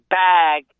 bag